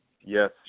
Yes